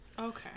Okay